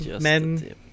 men